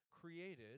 created